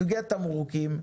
סוגיית תמרוקים,